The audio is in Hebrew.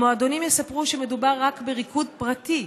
במועדונים יספרו שמדובר רק ב"ריקוד פרטי".